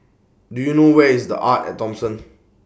Do YOU know Where IS The Arte At Thomson